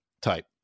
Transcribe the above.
type